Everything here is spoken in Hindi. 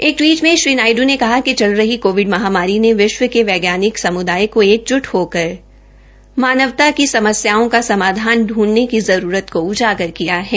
एक टवीट में श्री नायडू ने कहा कि चल रही कोविड महामारी ने विश्व के वैज्ञानिक समुदाय को एकजुट होकर मानवता की समस्याओं का समाधान पूं ने का जरूरत को उजागर किया है